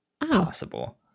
possible